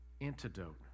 antidote